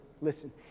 listen